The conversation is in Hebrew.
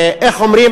איך אומרים?